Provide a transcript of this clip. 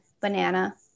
banana